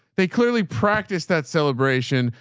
they clearly practice that celebration.